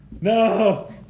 No